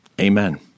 Amen